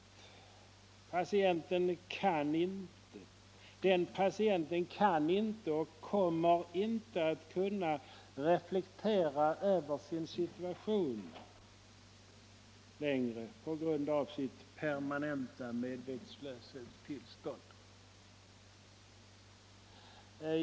Den gravt hjärnskadade patienten kan inte och kommer på grund av sitt permanenta medvetslöshetstillstånd inte att kunna reflektera över sin situation längre.